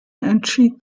entschied